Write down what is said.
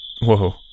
Whoa